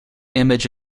image